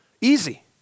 easy